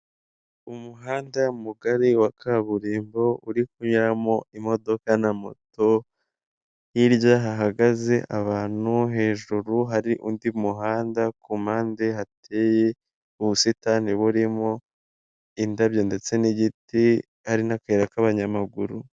Umuhanda mugari wa kaburimbo uri kunyuramo imodoka na moto hirya hahagaze abantu, hejuru hari undi muhanda, ku mpande hateye ubusitani burimo indabyo ndetse n'igiti, hari n'akayira k'abanyamaguru.